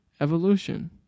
Evolution